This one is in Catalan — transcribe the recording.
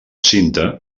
cinta